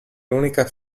l’unica